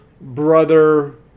brother